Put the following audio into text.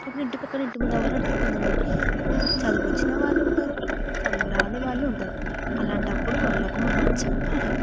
ఇప్పుడు ఇంటిపక్కన ఇంటి ముందు వారు ఉంటారు కొంతమంది చదువు వచ్చిన వాళ్ళు ఉంటారు చదువురాని వాళ్ళు ఉంటారు అలాంటి అప్పుడు వాళ్ళకు మనం చెప్పాలి